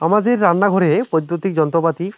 আমাদের রান্নাঘরে বৈদ্যুতিক যন্ত্রপাতি